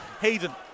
Hayden